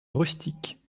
rustiques